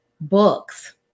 books